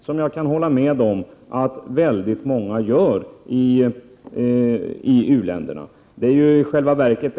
Jag kan dock hålla med om att många i u-länderna är tvingade att göra det.